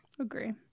Agree